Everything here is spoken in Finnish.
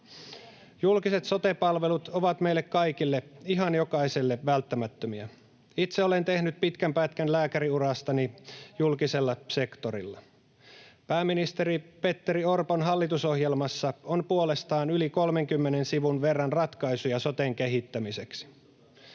Julkiset sote-palvelut ovat meille kaikille, ihan jokaiselle, välttämättömiä. Itse olen tehnyt pitkän pätkän lääkärinurastani julkisella sektorilla. Pääministeri Petteri Orpon hallitusohjelmassa on puolestaan yli 30 sivun verran ratkaisuja soten kehittämiseksi.